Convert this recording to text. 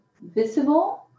visible